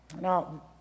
Now